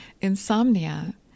insomnia